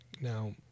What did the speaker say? Now